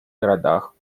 городах